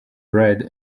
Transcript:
bred